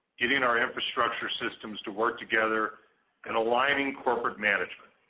getting our infrastructure systems to work together and aligning corporate management.